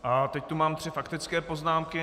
A teď tu mám tři faktické poznámky.